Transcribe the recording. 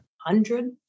hundred